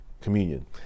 communion